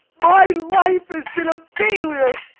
my life has been a failure.